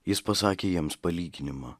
jis pasakė jiems palyginimą